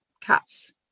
cats